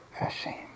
ashamed